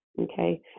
okay